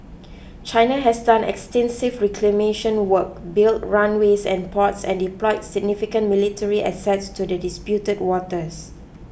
China has done extensive reclamation work built runways and ports and deploy significant military assets to the disputed waters